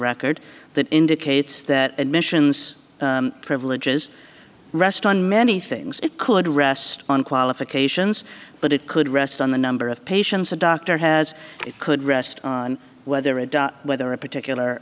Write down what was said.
record that indicates that admissions privileges rest on many things it could rest on qualifications but it could rest on the number of patients a doctor has it could rest on whether it does whether a particular